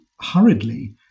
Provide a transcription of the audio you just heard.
hurriedly